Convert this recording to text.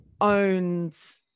owns